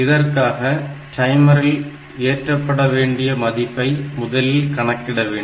இதற்காக டைமரில் ஏற்றப்பட வேண்டிய மதிப்பை முதலில் கணக்கிட வேண்டும்